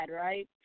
right